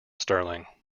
sterling